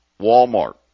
Walmart